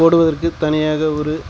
போடுவதற்கு தனியாக ஒரு